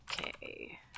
Okay